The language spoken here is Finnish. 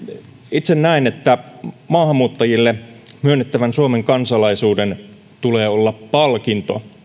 itse näen että maahanmuuttajille myönnettävän suomen kansalaisuuden tulee olla palkinto